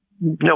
no